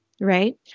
right